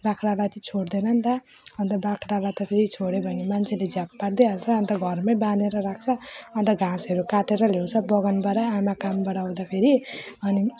बाख्रालाई त छोड्दैनन् अनि त बाख्रालाई त फेरि छोडे भने मान्छेले झ्याप् पारिदिइहाल्छ अनि त घरमै बाँधेर राख्छ अनि त घाँसहरू काटेर ल्याउँछ बगानबाट आमा कामबाट आउँदाखेरि अनि